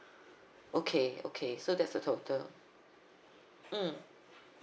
okay okay so that's a total mm